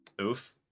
Oof